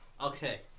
Okay